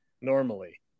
normally